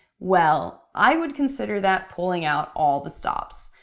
well, i would consider that pulling out all the stops.